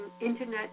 internet